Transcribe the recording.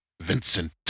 vincent